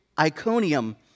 Iconium